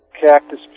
Cactus